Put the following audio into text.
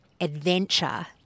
adventure